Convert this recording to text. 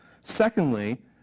Secondly